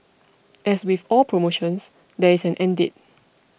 as with all promotions there is an end date